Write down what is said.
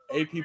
AP